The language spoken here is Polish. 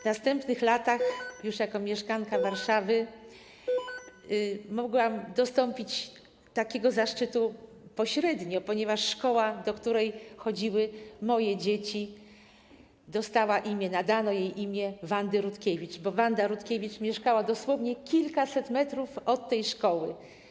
W następnych latach, już jako mieszkanka Warszawy, mogłam dostąpić takiego zaszczytu pośrednio, ponieważ szkoła, do której chodziły moje dzieci, dostała imię, nadano jej imię Wandy Rutkiewicz, bo Wanda Rutkiewicz mieszkała dosłownie kilkaset metrów od tej szkoły.